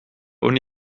uni